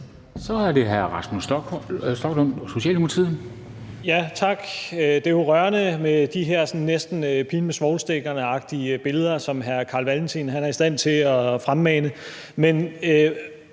Så er det hr. Rasmus Stoklund, Socialdemokratiet. Kl. 17:09 Rasmus Stoklund (S): Tak. Det er rørende med de her sådan næsten »Pigen med svovlstikkerne«-agtige billeder, som hr. Carl Valentin er i stand til at fremmane.